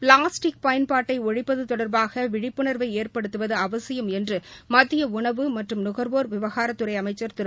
plastic பயன்பாட்டை ஒழிப்பது தொடர்பாக விழிப்புணர்வை ஏற்படுத்துவது அவசியம் என்று மத்திய உணவு மற்றும் நுகர்வோர் விவகாரத்துறை அமைச்சர் திரு